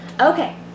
Okay